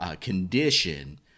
condition